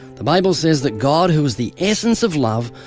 the bible says that god, who is the essence of love,